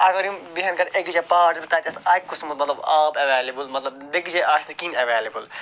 اگر یِم بیٚہن أکِس جاے پَہاڑس پٮ۪ٹھ تَتٮ۪س آسہِ اَکہِ قٕسمُک آب ایٚویلیبُل مطلب بیٚیِس جایہِ آسہِ نہٕ کِہیٖنٛۍ ایٚویلیبُل